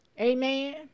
Amen